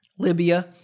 Libya